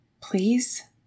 Please